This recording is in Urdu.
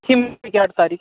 اسی مہینے کی آٹھ تاریخ